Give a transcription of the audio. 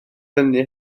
hynny